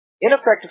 Ineffective